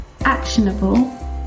Actionable